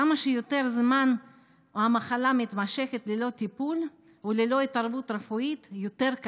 ככל שהמחלה נמשכת ללא טיפול או ללא התערבות רפואית יותר זמן,